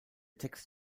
text